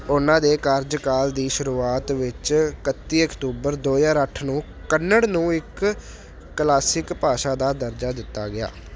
ਉਹਨਾਂ ਦੇ ਕਾਰਜਕਾਲ ਦੀ ਸ਼ੁਰੂਆਤ ਵਿੱਚ ਇਕੱਤੀ ਅਕਤੂਬਰ ਦੋ ਹਜ਼ਾਰ ਅੱਠ ਨੂੰ ਕੰਨੜ ਨੂੰ ਇੱਕ ਕਲਾਸਿਕ ਭਾਸ਼ਾ ਦਾ ਦਰਜਾ ਦਿੱਤਾ ਗਿਆ